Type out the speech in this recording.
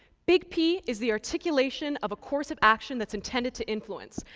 big p is the articulation of a course of action that's intended to influence.